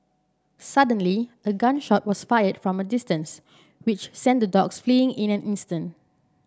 suddenly a gun shot was fired from a distance which sent the dogs fleeing in an instant